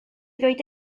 ddweud